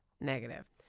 negative